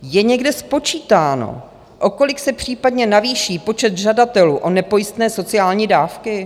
Je někde spočítáno, o kolik se případně navýší počet žadatelů o nepojistné sociální dávky?